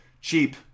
Cheap